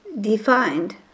defined